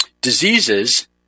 diseases